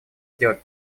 сделать